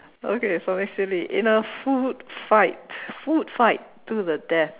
okay something silly in a food fight food fight to the death